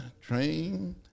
train